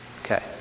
Okay